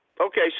Okay